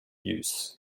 use